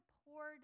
poor